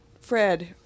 Fred